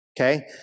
okay